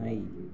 பூனை